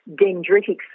dendritic